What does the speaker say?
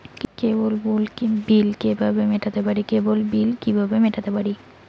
কেবল bill কিভাবে মেটাতে পারি?